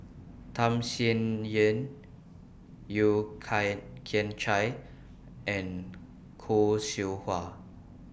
Tham Sien Yen Yeo Kian Can Chai and Khoo Seow Hwa